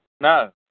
No